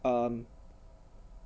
um